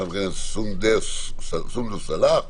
חבר הכנסת סונדוס סאלח.